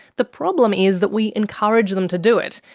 the problem is that we encourage them to do it,